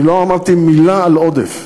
אני לא אמרתי מילה על עודף,